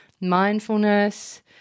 mindfulness